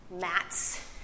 mats